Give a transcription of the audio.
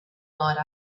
night